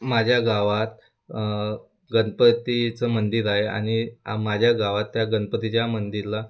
माझ्या गावात गगणपतीचं मंदिर आहे आणि माझ्या गावात त्या गणपतीच्या मंदिरला